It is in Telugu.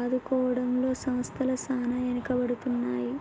ఆదుకోవడంలో సంస్థల సాన ఎనుకబడుతున్నాయి